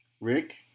Rick